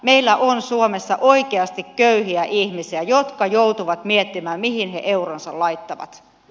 meillä on suomessa oikeasti köyhiä ihmisiä jotka joutuvat miettimään mihin he euronsa laittavat